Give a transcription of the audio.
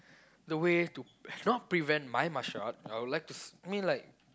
the way to you know prevent my martial art I would like to I mean like